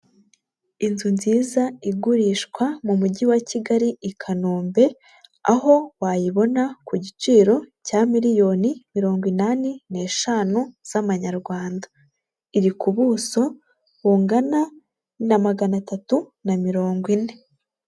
Inzu nziza igurishwa mu mujyi wa Kigali i kanombe. Aho wayibona ku giciro cya miliyoni mirongo inani n'eshanu z'Amanyarwanda. Iri ku buso bungana na magana atatu na mirongo ine.